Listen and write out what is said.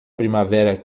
primavera